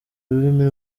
ururimi